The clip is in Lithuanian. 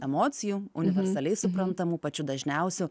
emocijų universaliai suprantamų pačių dažniausių